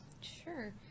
Sure